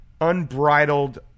unbridled